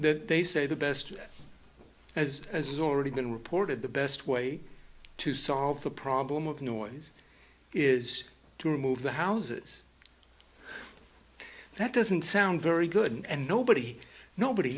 they say the best as as has already been reported the best way to solve the problem of noise is to remove the houses that doesn't sound very good and nobody nobody